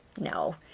no,